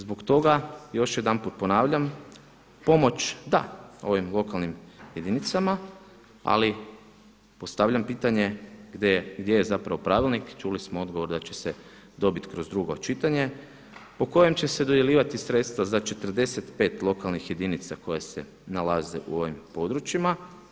Zbog toga još jedanput ponavljam, pomoć da ovim lokalnim jedinicama ali postavljam pitanje gdje je zapravo pravilnik i čuli smo odgovor da će se dobiti kroz drugo čitanje, po kojem će se dodjeljivati sredstva za 45 lokalnih jedinica koje se nalaze u ovim područjima.